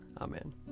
Amen